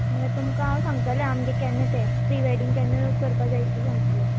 म्हळ्या तुमकां हांव सांगतले आमगे केन्ना ते प्रिवॅडींग केन्ना करपा जाय ती सांगतले